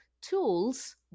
tools